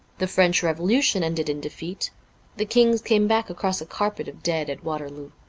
the french revolution ended in defeat the kings came back across a carpet of dead at waterloo.